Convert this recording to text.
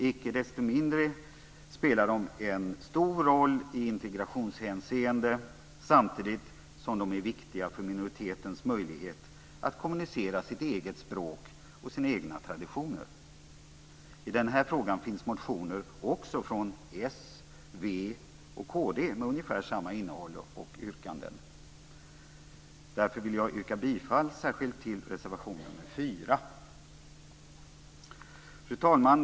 Icke desto mindre spelar de en stor roll i integrationshänseende samtidigt som de är viktiga för minoritetens möjlighet att kommunicera med sitt eget språk och sina egna traditioner. I den här frågan finns det motioner också från Socialdemokraterna, Vänsterpartiet och Kristdemokraterna med ungefär samma innehåll och yrkanden. Därför vill jag yrka bifall särskilt till reservation 4. Fru talman!